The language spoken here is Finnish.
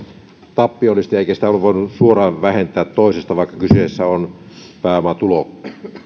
tappiollista eikä sitä ole voinut suoraan vähentää toisesta vaikka kyseessä on pääomatulo